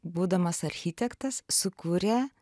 būdamas architektas sukūrė